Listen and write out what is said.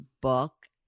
book